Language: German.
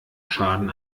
schaden